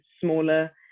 smaller